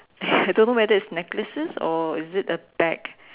I don't know whether is necklaces or is it a bag